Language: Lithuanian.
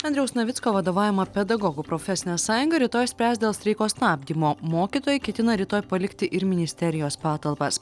andriaus navicko vadovaujama pedagogų profesinė sąjunga rytoj spręs dėl streiko stabdymo mokytojai ketina rytoj palikti ir ministerijos patalpas